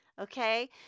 Okay